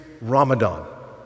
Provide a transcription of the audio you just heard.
Ramadan